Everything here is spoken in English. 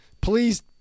please